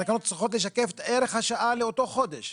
התקנות צריכות לשקף את ערך השעה לאותו חודש.